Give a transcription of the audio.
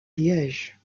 liège